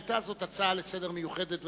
היתה זו הצעה מיוחדת לסדר-היום,